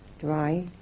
Dry